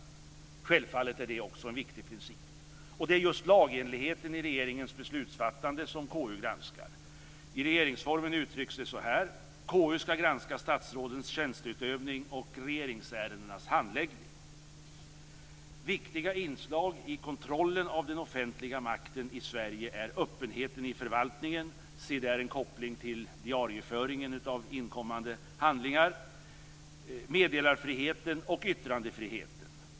Självfallet är det också en viktig princip. Det är just lagenligheten i regeringens beslutsfattande som KU granskar. I regeringsformen uttrycks det så här: "Konstitutionsutskottet skall granska statsrådens tjänsteutövning och regeringsärendenas handläggning." Viktiga inslag i kontrollen av den offentliga makten i Sverige är öppenheten i förvaltningen, - se där en koppling till diarieföringen av inkommande handlingar - meddelarfriheten och yttrandefriheten.